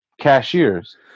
cashiers